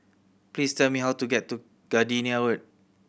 please tell me how to get to Gardenia Road